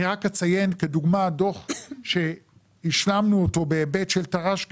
אני רק אציין כדוגמה דוח שהשלמנו אותו בהיבט של תר"ש גדעון.